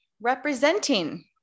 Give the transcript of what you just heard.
representing